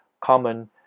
common